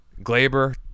Glaber